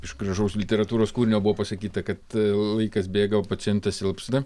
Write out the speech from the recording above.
iš gražaus literatūros kūrinio buvo pasakyta kad laikas bėga o pacientas silpsta